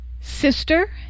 sister